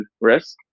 risk